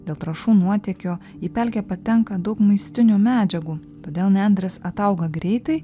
dėl trąšų nuotėkio į pelkę patenka daug maistinių medžiagų todėl nendrės atauga greitai